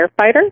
firefighter